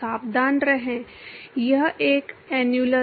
सावधान रहें यह एक एनुलस है